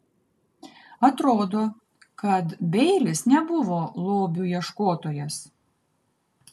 atrodo kad beilis nebuvo lobių ieškotojas